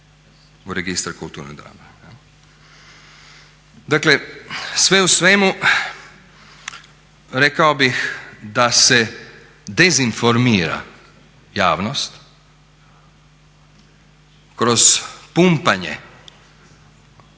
u Registar kulturnih dobara. Dakle sve u svemu rekao bih da se dezinformira javnost kroz pumpanje,